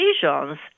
decisions